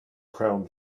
crown